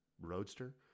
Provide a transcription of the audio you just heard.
roadster